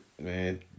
Man